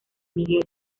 miguel